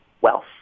wealth